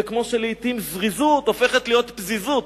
זה כמו שלעתים זריזות הופכת להיות פזיזות.